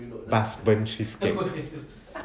burnt cheesecake